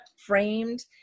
framed